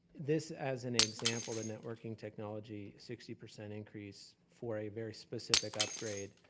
this as an example, the networking technology, sixty percent increase for a very specific upgrade,